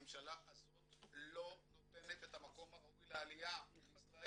הממשלה הזאת לא נותנת את המקום הראוי לעליה לישראל.